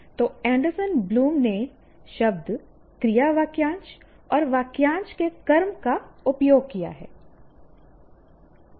तो Anderson Bloom ने शब्द क्रिया वाक्यांश और वाक्यांश के कर्म का उपयोग किया है